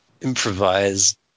Improvise